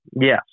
Yes